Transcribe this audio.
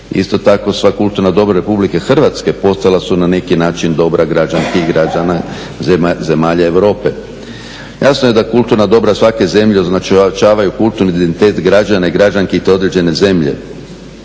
Isto tako, sva kulturna dobra Republike Hrvatske postala su na neki način dobra građanke i građana zemalja Europe. Jasno je da kulturna dobra svake zemlje označavaju kulturni identitet građana i građanki te određene zemlje.